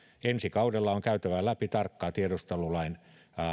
ensi kaudella on käytävä läpi tarkkaan tiedustelulain